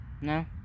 No